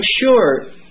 sure